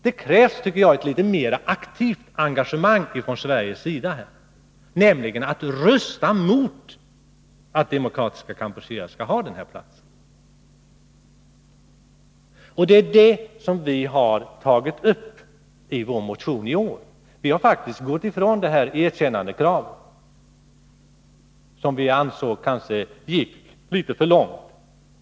Det krävs, tycker jag, ett mer aktivt engagemang från Sveriges sida, nämligen att rösta mot att Demokratiska Kampuchea skall ha den platsen. Det är detta som vpk har tagit upp i vår motion i år. Vi har faktiskt gått ifrån vårt erkännandekrav, som vi ansåg kanske gick litet för långt.